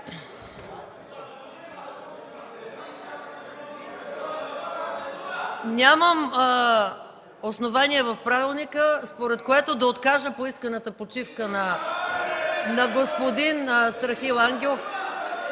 Нямам основание в правилника, според което да откажа поисканата почивка от господин Страхил Ангелов.